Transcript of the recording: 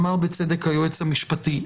אמר בצדק היועץ המשפטי,